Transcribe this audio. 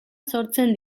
sortzen